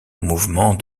mouvement